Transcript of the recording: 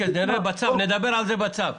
נדבר על זה בצו.